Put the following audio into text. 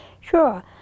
Sure